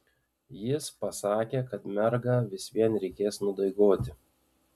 jis pasakė kad mergą vis vien reikės nudaigoti